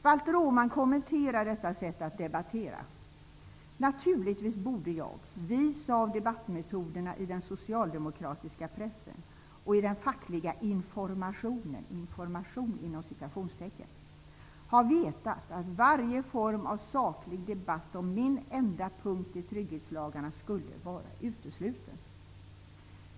Valter Åman kommenterar detta sätt att debattera: ''Naturligtvis borde jag, vis av debattmetoderna i den socialdemokratiska pressen och i den fackliga ''informationen', ha vetat att varje form av saklig debatt om min enda punkt i trygghetslagarna skulle vara utesluten.''